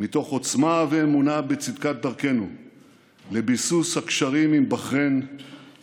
מתוך עוצמה ואמונה בצדקת דרכנו לביסוס הקשרים עם בחריין,